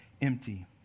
empty